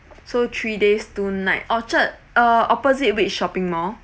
so three days two night orchard uh opposite which shopping mall